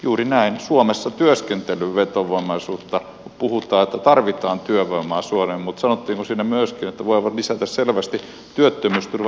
juuri näin suomessa työskentelyn vetovoimaisuutta kun puhutaan että tarvitaan työvoimaa suomeen mutta sanottiinko siinä myöskin että voivat lisätä selvästi työttömyysturvan hyväksikäyttöä